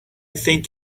think